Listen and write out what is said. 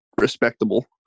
respectable